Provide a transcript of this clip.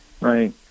Right